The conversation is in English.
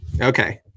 Okay